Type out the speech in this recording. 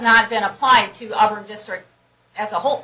not been applied to our district as a whole